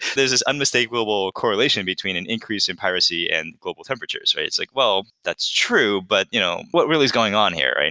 there's this unmistakable correlation between an increase in piracy and global temperatures. it's like, well, that's true, but you know what really is going on here? and